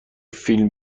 فیلم